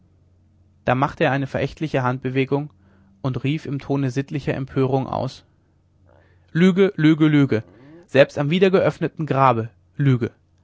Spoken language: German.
da machte er eine verächtliche handbewegung und rief im tone sittlicher empörung aus lüge lüge lüge selbst am wieder geöffneten grabe lüge